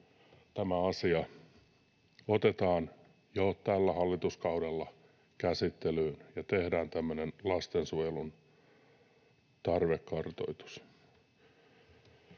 tämä asia otetaan jo tällä hallituskaudella käsittelyyn ja tehdään tämmöinen lastensuojelun tarvekartoitus.